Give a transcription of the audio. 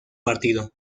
partido